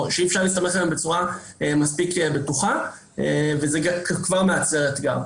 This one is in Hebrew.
או שאי אפשר להסתמך עליהן בצורה מספיק בטוחה וזה כבר מייצר אתגר.